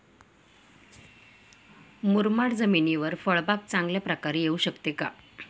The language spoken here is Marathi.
मुरमाड जमिनीवर फळबाग चांगल्या प्रकारे येऊ शकते का?